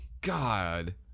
God